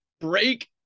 break